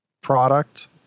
product